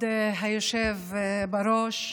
כבוד היושב-ראש,